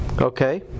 Okay